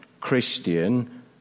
Christian